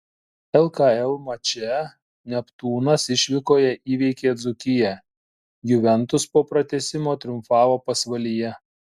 lkl mače neptūnas išvykoje įveikė dzūkiją juventus po pratęsimo triumfavo pasvalyje